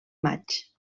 maig